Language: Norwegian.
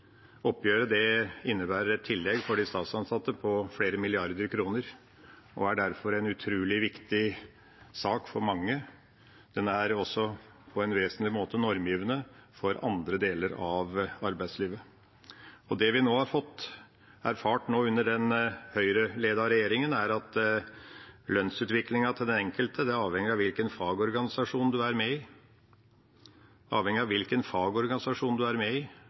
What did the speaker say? for de statsansatte på flere milliarder kroner og er derfor en utrolig viktig sak for mange. Den er også på en vesentlig måte normgivende for andre deler av arbeidslivet. Det vi nå har fått erfare under den Høyre-ledete regjeringa, er at lønnsutviklingen til den enkelte er avhengig av hvilken fagorganisasjon en er med i. De som ikke er med i en fagorganisasjon, er med i